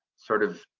sort of,